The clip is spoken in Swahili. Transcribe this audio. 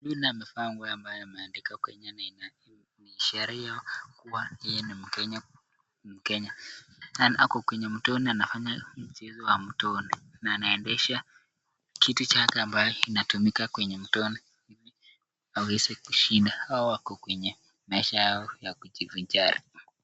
amevaa nguo ambayo imeandikwa ni sheria kuwa yeye ni mkenya, na ako kwenye mtoni anafanya mchezo wa mtoni na anaendesha kitu chake ambaye inatumika mtoni iliaweze kushinda hawa wako kwenye maisha ya kijivinjari.